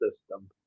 system